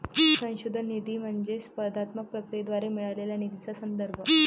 संशोधन निधी म्हणजे स्पर्धात्मक प्रक्रियेद्वारे मिळालेल्या निधीचा संदर्भ